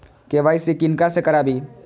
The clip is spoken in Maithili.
के.वाई.सी किनका से कराबी?